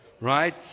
right